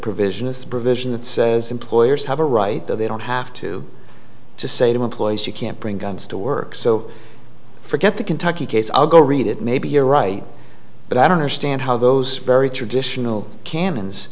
provision is a provision that says employers have a right that they don't have to say to employees you can't bring guns to work so forget the kentucky case i'll go read it maybe you're right but i don't understand how those very traditional canons